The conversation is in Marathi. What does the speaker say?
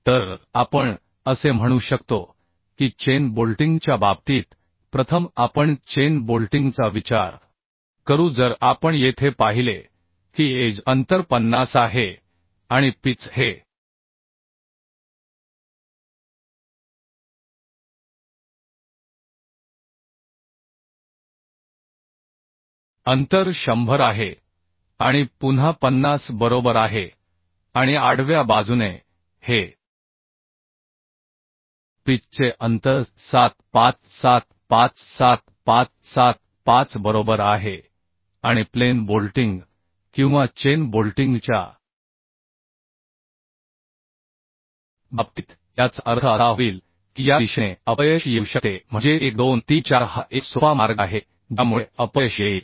तर आपण असे म्हणू शकतो की चेन बोल्टिंगच्या बाबतीत प्रथम आपण चेन बोल्टिंगचा विचार करू जर आपण येथे पाहिले की एज अंतर 50 आहे आणि पिच हे अंतर 100 आहे आणि पुन्हा 50 बरोबर आहे आणि आडव्या बाजूने हे पिच चे अंतर 75 75 75 75 बरोबर आहे आणि प्लेन बोल्टिंग किंवा चेन बोल्टिंगच्या बाबतीत याचा अर्थ असा होईल की या दिशेने अपयश येऊ शकते म्हणजे 1 2 3 4 हा एक सोपा मार्ग आहे ज्यामुळे अपयश येईल